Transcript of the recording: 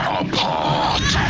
apart